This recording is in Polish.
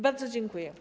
Bardzo dziękuję.